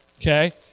okay